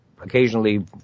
occasionally